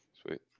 Sweet